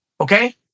Okay